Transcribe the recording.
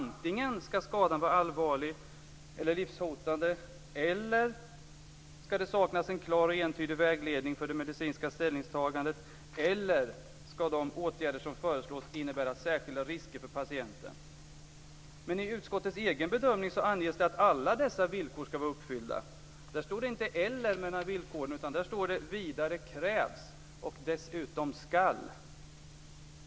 Antingen skall skadan vara allvarlig eller livshotande eller skall det saknas en klar och entydig vägledning för det medicinska ställningstagandet eller skall de åtgärder som föreslås innebära särskilda risker för patienten. Men i utskottets egen bedömning anges det att alla dessa villkor skall vara uppfyllda. Där står det inte "eller" mellan villkoren utan "vidare krävs" och "dessutom skall".